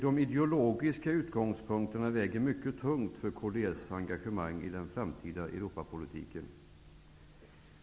De ideologiska utgångspunkterna väger mycket tungt för kds engagemang i den framtida Europapolitiken.